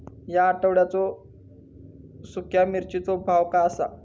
या आठवड्याचो सुख्या मिर्चीचो भाव काय आसा?